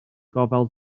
gofal